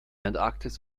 antarktis